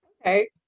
Okay